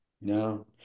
No